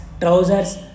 trousers